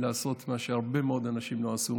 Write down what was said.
לעשות מה שהרבה מאוד אנשים לא עשו.